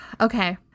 Okay